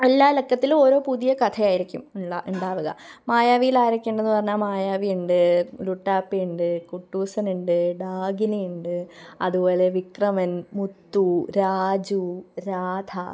എല്ലാ ലക്കത്തിലും ഓരോ പുതിയ കഥയായിരിക്കും ഉള്ളത് ഉണ്ടാവുക മായാവിയിൽ ആരൊക്കെ ഉണ്ടെന്ന് പറഞ്ഞാൽ മായാവിയുണ്ട് ലുട്ടാപ്പിയുണ്ട് കുട്ടൂസൻ ഉണ്ട് ഡാകിനിയുണ്ട് അതുപോലെ വിക്രമന് മുത്തു രാജു രാധ